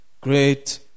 great